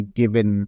given